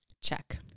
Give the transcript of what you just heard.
Check